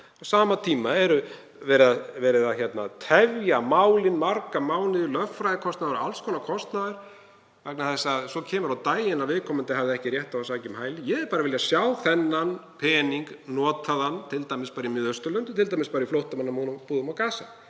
sama tíma er verið að tefja málin í marga mánuði, það er lögfræðikostnaður og alls konar kostnaður vegna þess að svo kemur á daginn að viðkomandi hafði ekki rétt á að sækja um hæli. Ég hefði viljað sjá þennan pening notaðan t.d. í Miðausturlöndum, til að mynda í flóttamannabúðum í Gasa,